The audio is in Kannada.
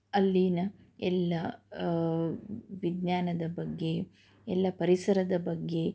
ಅಲ್ಲಿನ ಎಲ್ಲ ವಿಜ್ಞಾನದ ಬಗ್ಗೆ ಎಲ್ಲ ಪರಿಸರದ ಬಗ್ಗೆ